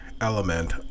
element